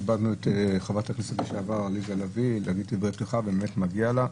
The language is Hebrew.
כיבדנו את חברת הכנסת לשעבר עליזה לביא להגיד דברי פתיחה ובאמת מגיע לה.